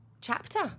chapter